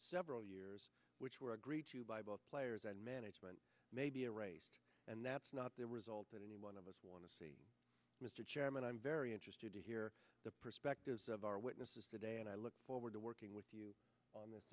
several years which were agreed to by both players and management may be a race and that's not the result that any one of us want to see mr chairman i'm very interested to hear the perspectives of our witnesses today and i look forward to working with you on this